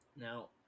Now